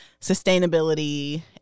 sustainability